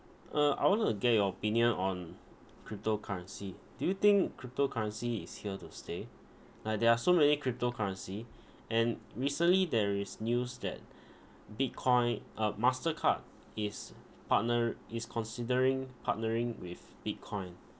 uh I wanted to get your opinion on cryptocurrency do you think cryptocurrency is here to stay like there are so many cryptocurrency and recently there is news that Bitcoin uh Mastercard is partner~ is considering partnering with Bitcoin